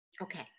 okay